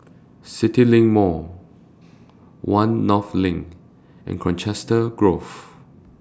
CityLink Mall one North LINK and Colchester Grove